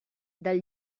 del